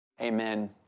Amen